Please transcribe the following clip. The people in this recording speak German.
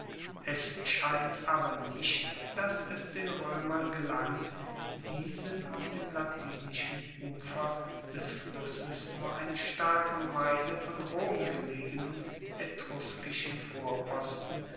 es scheint aber nicht dass es den roemern gelang diesen auf dem latinischen ufer des flusses nur eine starke meile von rom gelegenen